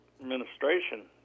administration